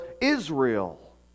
Israel